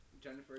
Jennifer